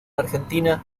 argentina